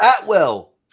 Atwell